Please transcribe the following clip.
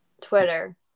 Twitter